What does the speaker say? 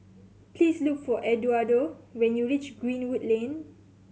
please look for Eduardo when you reach Greenwood Lane